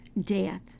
death